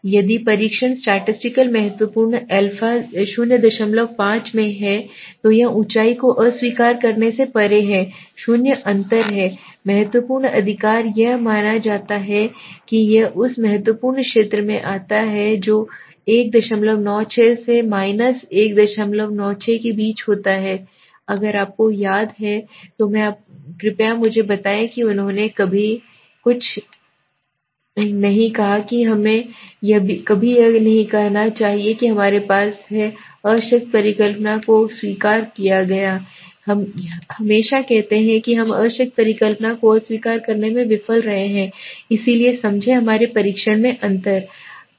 यदि परीक्षण स्टैटिक्स महत्वपूर्ण क्षेत्र α 05 में है तो यह ऊँचाई को अस्वीकार करने से परे है 0 अंतर है महत्वपूर्ण अधिकार यह माना जाता है कि यह उस महत्वपूर्ण क्षेत्र में आता है जो 196 से 196 के बीच होता है अगर आपको याद है तो कृपया मुझे बताएं कि उन्होंने कभी नहीं कहा कि हमें कभी यह नहीं कहना चाहिए कि हमारे पास है अशक्त परिकल्पना को स्वीकार किया हम हमेशा कहते हैं कि हम अशक्त परिकल्पना को अस्वीकार करने में विफल रहे हैं इसलिए समझें हमारे परीक्षण में अंतर